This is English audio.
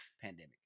pandemic